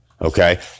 Okay